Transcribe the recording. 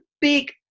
big